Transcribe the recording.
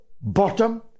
bottom